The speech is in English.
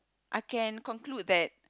I can conclude that